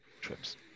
Trips